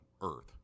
Earth